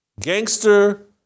gangster